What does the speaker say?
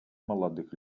молодых